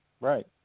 Right